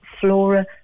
flora